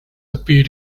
appear